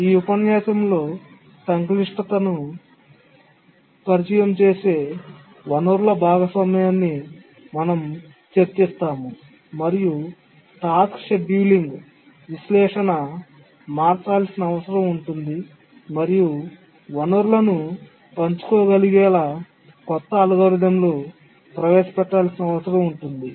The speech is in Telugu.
ఈ ఉపన్యాసంలో సంక్లిష్టతను పరిచయం చేసే వనరుల భాగస్వామ్యాన్ని మనం చర్చిస్తాము మరియు టాస్క్ షెడ్యూలింగ్ విశ్లేషణ మార్చాల్సిన అవసరం ఉంది మరియు వనరులను పంచుకోగలిగేలా కొత్త అల్గోరిథంలు ప్రవేశపెట్టాల్సిన అవసరం ఉంది